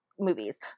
movies